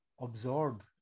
absorb